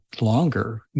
longer